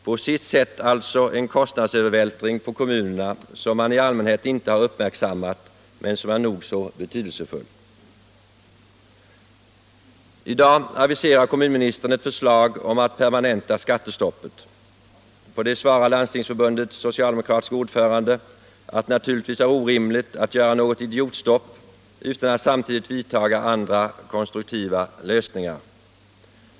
På sitt sätt alltså en kostnadsövervältring på kommunerna, som man i allmänhet inte har uppmärksammat, men som är nog så betydelsefull. I dag aviserar kommunministern ett förslag om att permanenta skattestoppet. På det svarar Landstingsförbundets socialdemokratiske ordförande att det naturligtvis är orimligt att göra något ”idiotstopp” utan att samtidigt vidtaga andra konstruktiva lösningar.